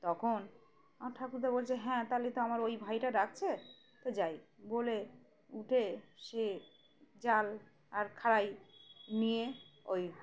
তখন আমার ঠাকুরদা বলছে হ্যাঁ তাহলে তো আমার ওই ভাইটা ডাাকছে তো যাই বলে উঠে সে জাল আর খড়াই নিয়ে ওই